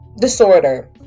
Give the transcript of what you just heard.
Disorder